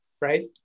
right